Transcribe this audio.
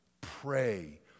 pray